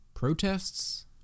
Protests